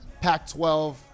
Pac-12 –